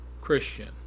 Christian